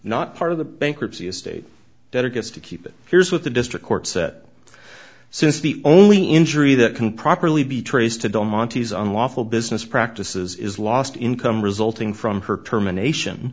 not part of the bankruptcy estate debtor gets to keep it appears with the district court set since the only injury that can properly be traced to the montes unlawful business practices is lost income resulting from her termination